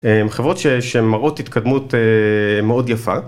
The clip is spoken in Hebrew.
חברות שמראות התקדמות מאוד יפה.